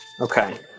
Okay